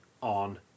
on